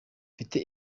mfite